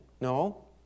No